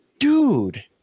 Dude